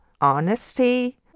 honesty